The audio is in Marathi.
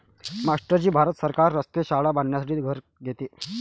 मास्टर जी भारत सरकार रस्ते, शाळा बांधण्यासाठी कर घेते